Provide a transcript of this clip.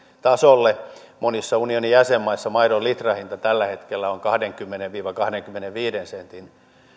tasolle monissa unionin jäsenmaissa maidon litrahinta tällä hetkellä on kahdenkymmenen viiva kahdenkymmenenviiden sentin